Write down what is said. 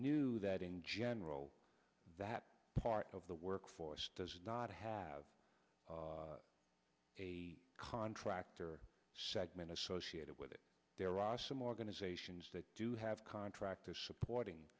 knew that in general that part of the workforce does not have a contractor segment associated with it there are some organizations that do have contractors supporting